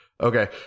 Okay